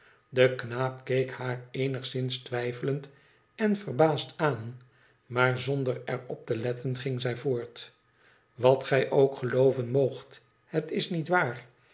de knaap keek haar eenigszins twijfelend en verbaasd aan maar zonder er op te letten ging zij voort wat gij ook gelooven moogt het is niet waar